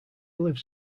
lives